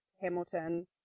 Hamilton